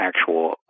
actual